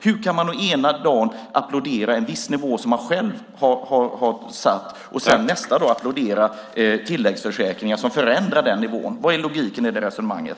Hur kan man ena dagen applådera en viss nivå som man själv har satt och nästa dag applådera tilläggsförsäkringar som förändrar den nivån? Var är logiken i det resonemanget?